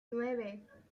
nueve